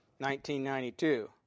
1992